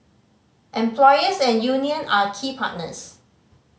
employers and union are key partners